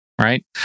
right